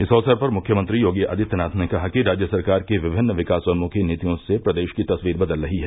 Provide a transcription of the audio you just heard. इस अवसर पर मुख्यमंत्री योगी आदित्यनाथ ने कहा कि राज्य सरकार की विभिन्न विकासोन्मुखी नीतियों से प्रदेश की तस्वीर बदल रही है